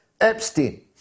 Epstein